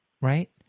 right